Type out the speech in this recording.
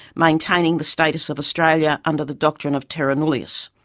maintaining the status of australia under the doctrine of terra nullius,